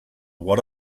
what